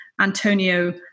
Antonio